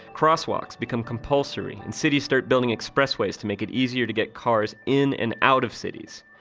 crosswalks become compulsory and cities start building expressways to make it easier to get cars in and out of cities.